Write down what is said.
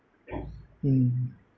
mm